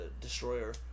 Destroyer